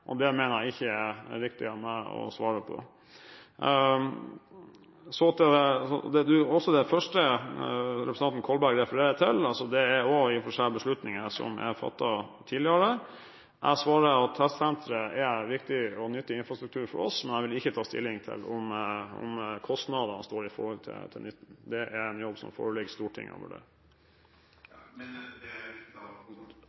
ikke er riktig av meg å svare på. Så til det første representanten Kolberg refererer til: Det er i og for seg beslutninger som er fattet tidligere. Jeg svarer at testsenteret er viktig og nyttig infrastruktur for oss, men jeg vil ikke ta stilling til om kostnadene står i forhold til nytten. Det er en jobb som det tilligger Stortinget